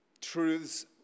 truths